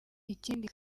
ikindi